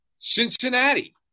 Cincinnati